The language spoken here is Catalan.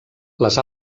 les